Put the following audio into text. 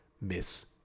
miss